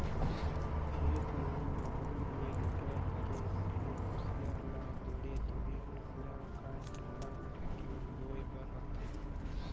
खेत म नाली ले निकायल के फिर खुसियार ल दूढ़ी दूढ़ी टुकड़ा कायट कायट के बोए बर राखथन